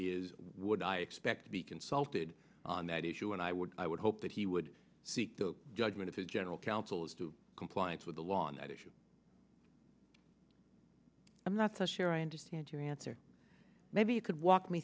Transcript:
is would i expect to be consulted on that issue and i would i would hope that he would seek the judgment of his general counsel as to compliance with the law on that issue i'm not so sure i understand your answer maybe you could walk me